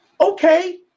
okay